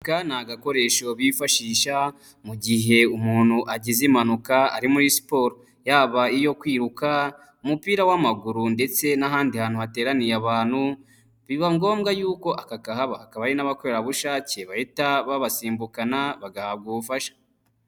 Aka ni agakoresho bifashisha, mu gihe umuntu agize impanuka ari muri siporo, yaba iyo kwiruka, umupira w'amaguru ndetse n'ahandi hantu hateraniye abantu, biba ngombwa yuko aka kahaba, hakaba hari n'abakorerabushake bahita babasimbukana bagahabwa ubufasha.